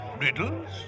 Riddles